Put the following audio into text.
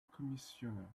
commissioner